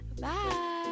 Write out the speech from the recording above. bye